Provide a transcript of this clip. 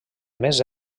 més